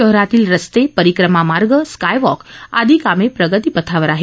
शहरातील रस्ते परीक्रमा मार्ग स्काय वाक आदी कामे प्रगतीपथावर आहेत